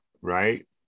right